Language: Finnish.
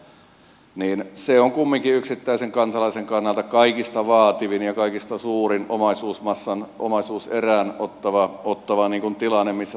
kun me puhumme rakentamisesta niin se on kumminkin yksittäisen kansalaisen kannalta kaikista vaativin ja kaikista suurin omaisuusmassan omaisuuserän ottava tilanne missä sitä käytetään